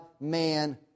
man